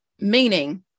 Meaning